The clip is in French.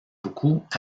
beaucoup